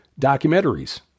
documentaries